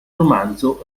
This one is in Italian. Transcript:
romanzo